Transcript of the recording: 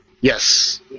Yes